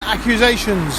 accusations